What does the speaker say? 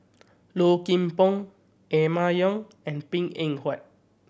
Low Kim Pong Emma Yong and Png Eng Huat